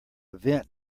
vent